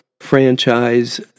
franchise